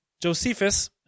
Josephus